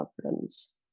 problems